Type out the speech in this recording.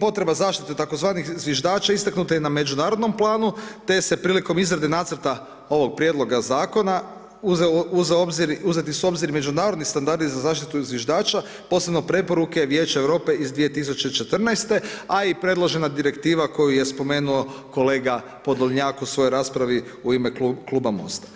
potreba zaštite tzv. zviždača, istaknuta je i na međunarodnom planu, te se prilikom nacrta ovog prijedloga zakona, uzeti su u obzir i međunarodni standardi za zaštitu zviždača posebno preporuke Vijeće Europe iz 2014. a i predložena direktiva koju je spomenuo kolega Podolnjak u svojoj raspravi u ime Kluba Mosta.